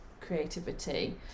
creativity